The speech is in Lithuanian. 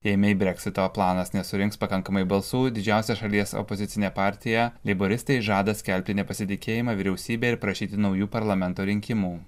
jei mei breksito planas nesurinks pakankamai balsų didžiausia šalies opozicinė partija leiboristai žada skelbti nepasitikėjimą vyriausybe ir prašyti naujų parlamento rinkimų